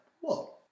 whoa